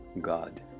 God